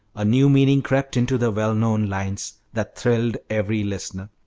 a new meaning crept into the well-known lines, that thrilled every listener.